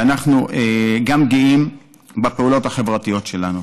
ואנחנו גם גאים בפעולות החברתיות שלנו: